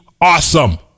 awesome